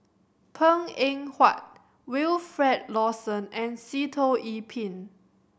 Png Eng Huat Wilfed Lawson and Sitoh Yih Pin